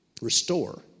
restore